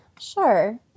Sure